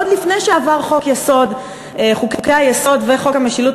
עוד לפני שעברו חוקי-היסוד וחוק המשילות,